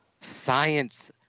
science